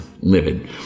livid